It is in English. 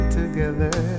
together